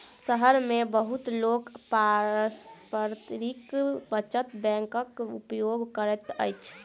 शहर मे बहुत लोक पारस्परिक बचत बैंकक उपयोग करैत अछि